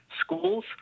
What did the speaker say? schools